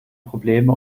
probleme